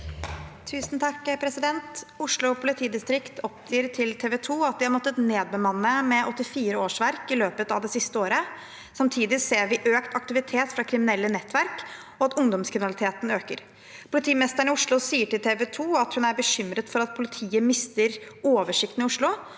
(H) «Oslo po- litidistrikt oppgir til TV2 at de har måttet nedbemanne med 84 årsverk i løpet av det siste året. Samtidig ser vi økt aktivitet fra kriminelle nettverk og at ungdomskriminaliteten øker. Politimesteren i Oslo sier til TV2 at hun «er bekymret for at politiet mister oversikten i Oslo.